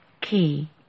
key